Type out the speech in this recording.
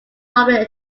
popular